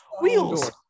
Wheels